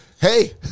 hey